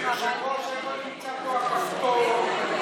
היושב-ראש, נמצא פה הכפתור, איפה הכפתור?